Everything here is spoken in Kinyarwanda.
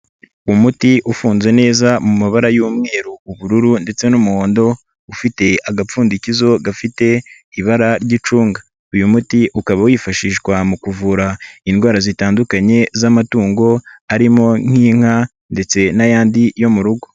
Umuti ufunze neza mu mabara y'umweru ubururu ndetse n'umuhondo, ufite agapfundikizo gafite ibara ry'icunga. Uyu muti ukaba wifashishwa mu kuvura indwara zitandukanye z'amatungo, harimo nk'inka ndetse n'ayandi yo mu rugo.